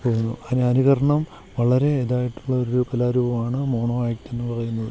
പോകുന്നു അതിന് അനുകരണം വളരെ ഇതായിട്ടുള്ളൊരു കലാരൂപമാണ് മോണോആക്ടെന്ന് പറയുന്നത്